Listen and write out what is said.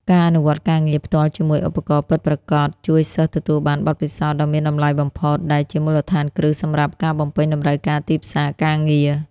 ការអនុវត្តការងារផ្ទាល់ជាមួយឧបករណ៍ពិតប្រាកដជួយសិស្សទទួលបានបទពិសោធន៍ដ៏មានតម្លៃបំផុត ដែលជាមូលដ្ឋានគ្រឹះសម្រាប់ការបំពេញតម្រូវការទីផ្សារការងារ។